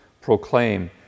proclaim